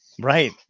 right